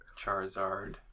Charizard